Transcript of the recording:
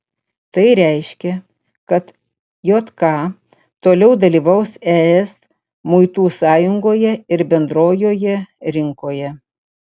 tai reiškia kad jk toliau dalyvaus es muitų sąjungoje ir bendrojoje rinkoje